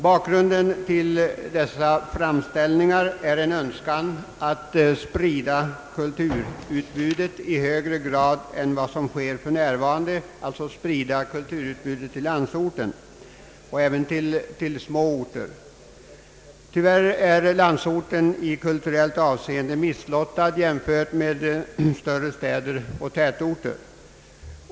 Bakgrunden till dessa framställningar är en önskan att sprida kulturutbudet i högre grad än vad som sker för närvarande till landsorten — även till mycket små orter. Tyvärr är landsorten i kulturellt avseende misslottad jämfört med större städer och tätorter.